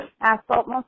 asphalt